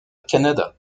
canada